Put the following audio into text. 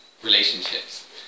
Relationships